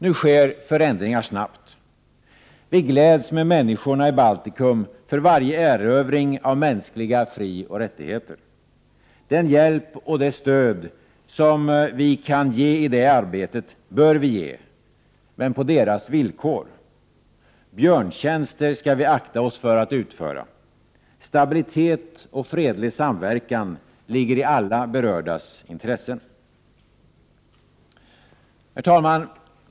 Nu sker förändringarna snabbt. Vi gläds med människorna i Baltikum för varje erövring av mänskliga frioch rättigheter. Den hjälp och det stöd som vi kan ge i det arbetet bör vi ge, men på deras villkor. ”Björntjänster” skall vi akta oss för att utföra. Stabilitet och fredlig samverkan ligger i alla berördas intresse. Herr talman!